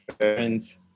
parents